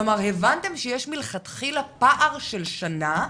כלומר, הבנתם שיש מלכתחילה פער של שנה,